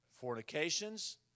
Fornications